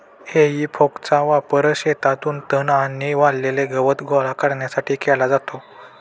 हेई फॉकचा वापर शेतातून तण आणि वाळलेले गवत गोळा करण्यासाठी केला जातो